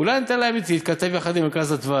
אולי ניתן להם להתכתב עם "מרכז אדוה"?